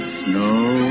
snow